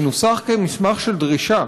מנוסח כמסמך של דרישה.